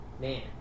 man